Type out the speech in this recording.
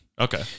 Okay